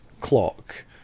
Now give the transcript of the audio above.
clock